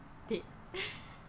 dead